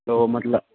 तो मतलब